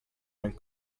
nel